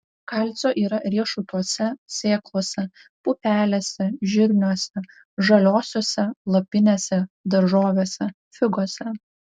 kalcio yra riešutuose sėklose pupelėse žirniuose žaliosiose lapinėse daržovėse figose